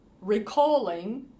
recalling